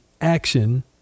action